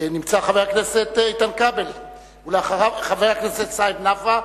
חבר הכנסת סעיד נפאע,